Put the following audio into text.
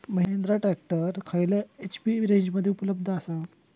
Mahindra tractor खयल्या HP रेंजमध्ये उपलब्ध आसा?